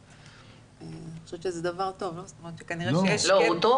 אני חושבת שזה דבר טוב --- הוא טוב.